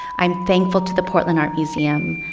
i'm thankful to the portland art museum,